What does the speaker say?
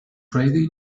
crazy